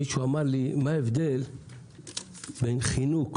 מישהו אמר לי מה ההבדל בין חינוך